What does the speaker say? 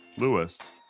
Lewis